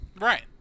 Right